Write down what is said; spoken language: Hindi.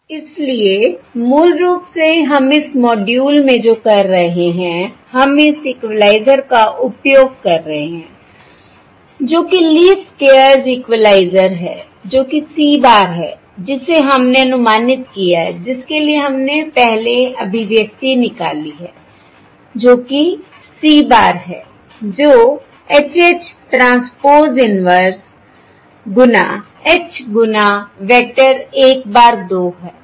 इसलिए मूल रूप से हम इस मॉड्यूल में जो कर रहे हैं हम इस इक्वलाइज़र का उपयोग कर रहे हैं जो कि लीस्ट स्क्वेयर्स इक्वलाइज़र है जो कि c bar है जिसे हमने अनुमानित किया है जिसके लिए हमने पहले अभिव्यक्ति निकाली है जो कि c bar है जो H H ट्रांसपोज़ इन्वर्स गुना H गुना वेक्टर 1 bar 2 है